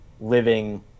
living